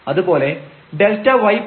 അതുപോലെ ΔyΔx